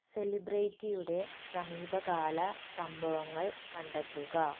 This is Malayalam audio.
സെലിബ്രിറ്റിയുടെ സമീപകാല സംഭവങ്ങൾ കണ്ടെത്തുക